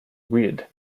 read